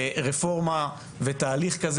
רפורמה ותהליך כזה